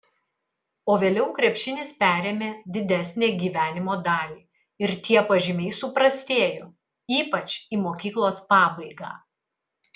o vėliau krepšinis perėmė didesnę gyvenimo dalį ir tie pažymiai suprastėjo ypač į mokyklos pabaigą